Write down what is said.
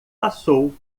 passou